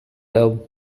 love